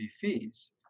fees